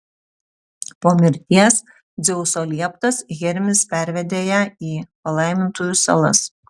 po mirties dzeuso lieptas hermis pervedė ją į palaimintųjų salas